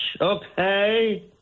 okay